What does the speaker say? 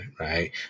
right